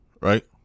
right